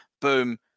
Boom